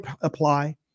apply